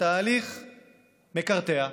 והתהליך מקרטע.